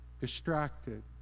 distracted